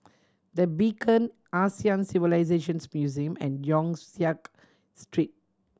The Beacon Asian Civilisations Museum and Yong Siak Street